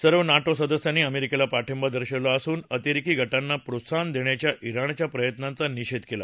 सर्व नाटो सदस्यांनी अमेरिकेला पाठिंबा दर्शवला असून अतिरेकी गटांना प्रोत्साहन देण्याच्या ज्ञाणच्या प्रयत्नांचा निषेध केला